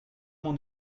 mon